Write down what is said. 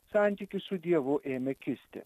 santykis su dievu ėmė kisti